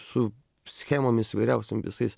su schemomis įvairiausiom visais